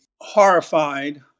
horrified